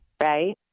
right